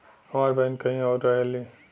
हमार बहिन कहीं और रहेली